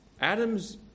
Adam's